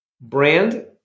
Brand